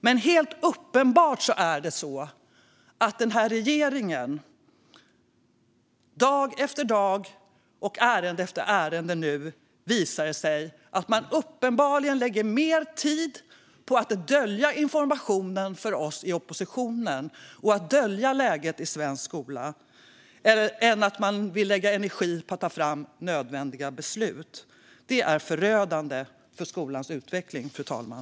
Det är helt uppenbart att den här regeringen dag efter dag och i ärende efter ärende lägger mer tid och energi på att dölja information för oss i oppositionen och dölja läget i svensk skola än på att ta fram nödvändiga beslut. Det är förödande för skolans utveckling, fru talman.